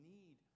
need